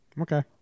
Okay